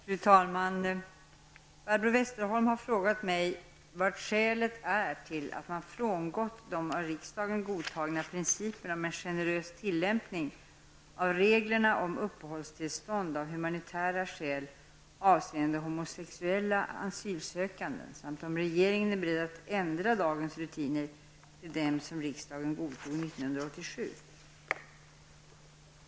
Fru talman! Barbro Westerholm har frågat mig vad skälet är till att man frångått de av riksdagen godtagna principerna om en generös tillämpning av reglerna om uppehållstillstånd av humanitära skäl avseende homosexuella asylsökanden samt om regeringen är beredd att ägna dagens rutiner till dem som riksdagen godtog 1987.